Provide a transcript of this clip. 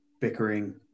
bickering